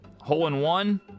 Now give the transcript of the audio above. hole-in-one